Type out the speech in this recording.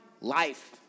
life